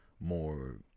more